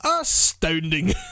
astounding